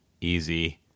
Easy